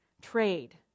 Trade